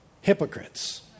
hypocrites